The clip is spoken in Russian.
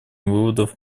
выводов